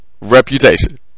reputation